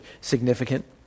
significant